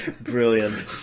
brilliant